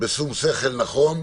בשום שכל ולא